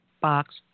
box